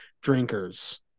drinkers